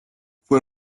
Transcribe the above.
fue